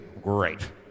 Great